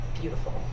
beautiful